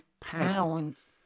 pounds